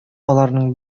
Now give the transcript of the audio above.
аларның